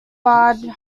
bard